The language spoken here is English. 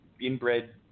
inbred